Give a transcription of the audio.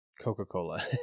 Coca-Cola